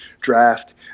draft